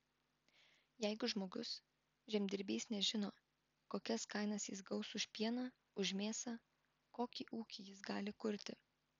jeigu žmogus žemdirbys nežino kokias kainas jis gaus už pieną už mėsą kokį ūkį jis gali kurti